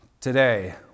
today